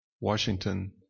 Washington